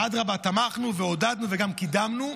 אדרבה, תמכנו ועודדנו וגם קידמנו,